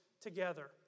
together